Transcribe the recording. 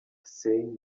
saying